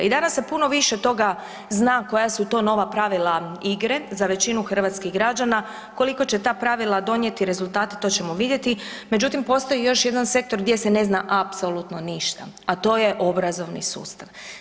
I danas se puno više toga zna koja su to nova pravila igre za većinu hrvatskih građana, koliko će ta pravila donijeti rezultate to ćemo vidjeti, međutim postoji još jedan sektor gdje se ne zna apsolutno ništa, a to je obrazovni sustav.